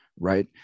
right